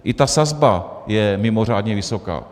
I ta sazba je mimořádně vysoká.